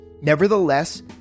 Nevertheless